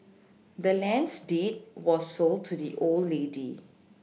the land's deed was sold to the old lady